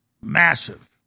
massive